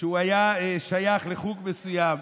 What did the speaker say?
שהוא היה שייך לחוג מסוים.